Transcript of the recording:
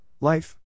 Life